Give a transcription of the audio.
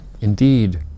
Indeed